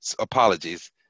apologies